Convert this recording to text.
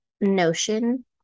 notion